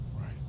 Right